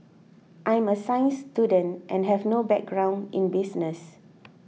I'm a science student and have no background in business